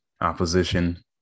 opposition